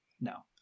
No